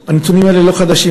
הנתונים האלה כבר לא חדשים,